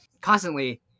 constantly